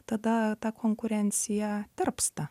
tada ta konkurencija tirpsta